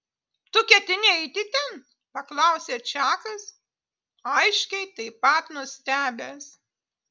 tu ketini eiti ten paklausė čakas aiškiai taip pat nustebęs